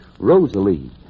Rosalie